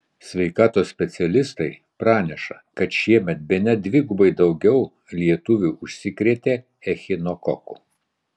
sveikatos specialistai praneša kad šiemet bene dvigubai daugiau lietuvių užsikrėtė echinokoku